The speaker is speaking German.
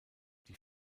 die